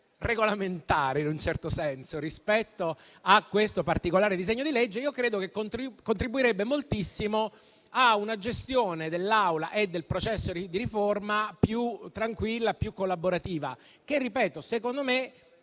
regolamentare, in un certo senso, rispetto a questo particolare disegno di legge, io credo che ciò contribuirebbe moltissimo a una gestione dell'Aula e del processo di riforma più tranquilla e più collaborativa, che - ripeto - secondo me